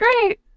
Great